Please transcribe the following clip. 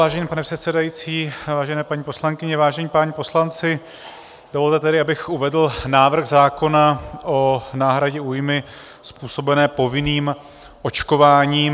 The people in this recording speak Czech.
Vážený pane předsedající, vážené paní poslankyně, vážení páni poslanci, dovolte tedy, abych uvedl návrh zákona o náhradě újmy způsobené povinným očkováním.